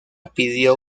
pidió